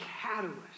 catalyst